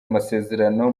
amasezerano